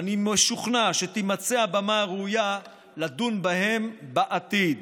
ואני משוכנע שתימצא הבמה הראויה לדון בהם בעתיד.